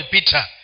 Peter